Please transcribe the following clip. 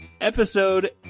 Episode